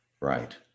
right